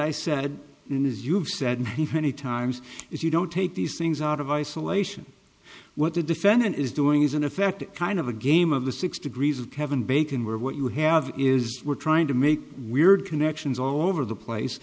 i said in as you've said the funny times if you don't take these things out of isolation what the defendant is doing is in effect a kind of a game of the six degrees of kevin bacon where what you have is we're trying to make weird connections all over the place